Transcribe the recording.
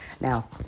Now